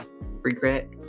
regret